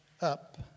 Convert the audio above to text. up